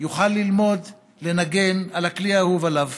יוכל ללמוד לנגן על הכלי האהוב עליו.